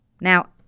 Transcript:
Now